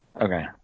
Okay